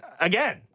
again